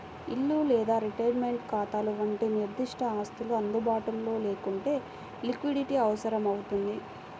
ఇల్లు లేదా రిటైర్మెంట్ ఖాతాల వంటి నిర్దిష్ట ఆస్తులు అందుబాటులో లేకుంటే లిక్విడిటీ అవసరమవుతుంది